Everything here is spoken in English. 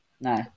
no